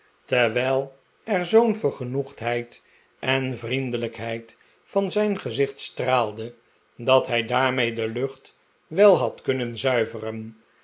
terwijl er zoo'n vergenoegdheid en vriendelijkheid van zijn gezicht straalde dat hij daarmee de lucht wel had kunnen zuiveren